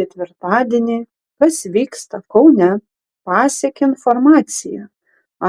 ketvirtadienį kas vyksta kaune pasiekė informacija